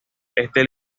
este